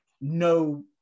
no